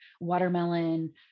watermelon